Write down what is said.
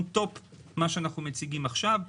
מעל מה שאנחנו מציגים עכשיו.